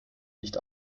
nicht